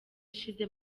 ishize